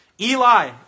Eli